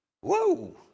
Whoa